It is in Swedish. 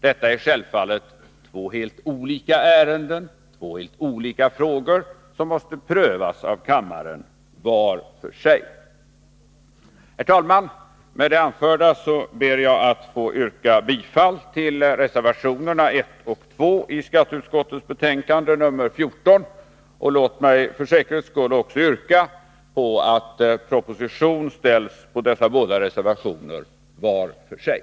Detta är självfallet två helt olika ärenden, två helt olika frågor, som måste prövas i kammaren var för sig. Herr talman! Med det anförda ber jag att få yrka bifall till reservationerna 1 och 2, som är fogade till skatteutskottets betänkande nr 14. Låt mig för säkerhets skull också yrka på att proposition ställs på dessa båda reservationer var för sig.